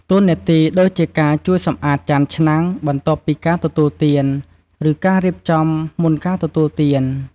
ពុទ្ធបរិស័ទជាអ្នកដែលទាក់ទងដោយផ្ទាល់ជាមួយភ្ញៀវ ដូច្នេះការបង្ហាញ ទឹកមុខញញឹម ការនិយាយស្វាគមន៍ដោយរួសរាយរាក់ទាក់ និងការផ្ដល់ជំនួយដោយស្ម័គ្រចិត្ត គឺជាការបង្ហាញពីភាពកក់ក្ដៅ និងរាក់ទាក់របស់ម្ចាស់ផ្ទះ។